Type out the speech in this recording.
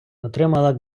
отримала